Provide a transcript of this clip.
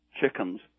chickens